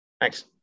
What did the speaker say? Thanks